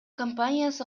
компаниясы